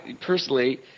personally